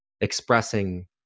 expressing